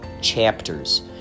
chapters